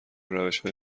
روشهای